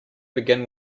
begin